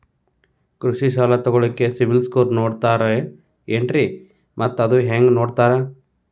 ಕೃಷಿ ಸಾಲ ತಗೋಳಿಕ್ಕೆ ಸಿಬಿಲ್ ಸ್ಕೋರ್ ನೋಡ್ತಾರೆ ಏನ್ರಿ ಮತ್ತ ಅದು ಹೆಂಗೆ ನೋಡ್ತಾರೇ?